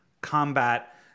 combat